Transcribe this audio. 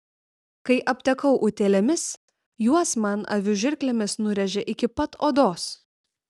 kai aptekau utėlėmis juos man avių žirklėmis nurėžė iki pat odos